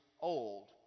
old